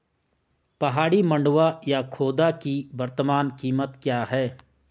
पहाड़ी मंडुवा या खोदा की वर्तमान कीमत क्या है?